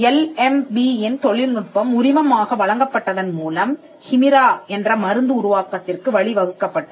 L M P யின் தொழில்நுட்பம் உரிமம் ஆக வழங்கப்பட்டதன் மூலம் ஹிமிரா என்ற மருந்து உருவாக்கத்திற்கு வழி வகுக்கப்பட்டது